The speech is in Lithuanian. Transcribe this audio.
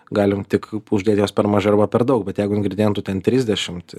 galim tik kaip uždėt jos per mažai arba per daug bet jeigu ingredientų ten trisdešimt